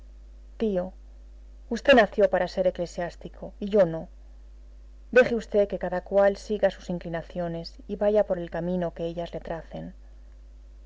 tío v nació para ser eclesiástico y yo no deje v que cada cual siga sus inclinaciones y vaya por el camino que ellas